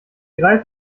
greif